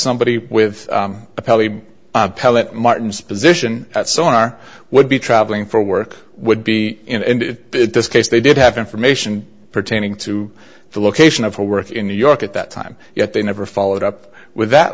somebody with a tele pellet martin's position that sonar would be traveling for work would be in this case they did have information pertaining to the location of her work in new york at that time yet they never followed up with that